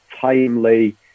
timely